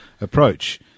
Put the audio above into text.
approach